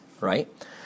right